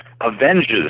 avenges